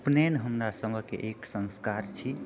उपनेन हमरा सभकेँ एक सन्स्कार छी